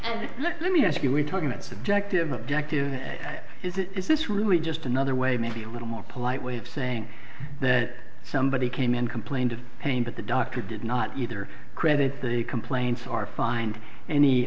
our let me ask you we're talking that subjective objective is it is this really just another way maybe a little more polite way of saying that somebody came and complained of pain but the doctor did not either credit the complaints are find any